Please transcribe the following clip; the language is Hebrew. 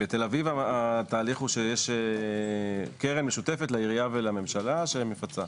בתל-אביב התהליך הוא שיש קרן משותפת לעירייה ולממשלה שמפצה.